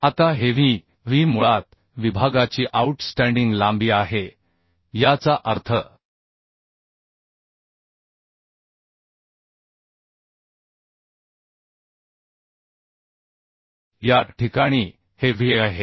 आता हेW W मुळात विभागाची आऊटस्टँडिंग लांबी आहे याचा अर्थ या ठिकाणी हे Wआहे